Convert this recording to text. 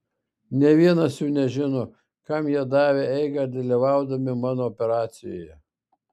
nė vienas jų nežino kam jie davė eigą dalyvaudami mano operacijoje